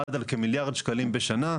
עמד על כמיליארד שקלים בשנה.